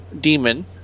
demon